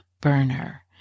burner